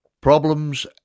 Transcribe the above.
problems